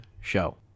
show